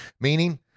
Meaning